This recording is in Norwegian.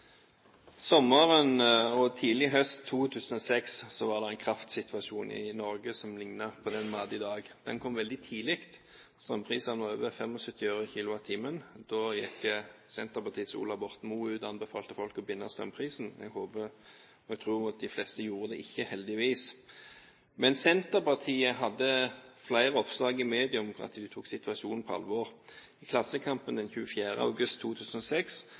Sommeren og tidlig høsten 2006 var det en kraftsituasjon i Norge som lignet på den vi har i dag. Den kom veldig tidlig. Strømprisene var på over 75 øre /kWh. Da gikk Senterpartiets Ola Borten Moe ut og anbefalte folk å binde strømprisen. Jeg håper og tror at de fleste ikke gjorde det – heldigvis. Senterpartiet hadde flere oppslag i media om at de tok situasjonen på alvor. I Klassekampen den 24. august 2006